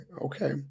okay